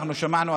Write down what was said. אנחנו שמענו,